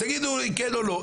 תגידו לי כן או לא.